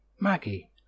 Maggie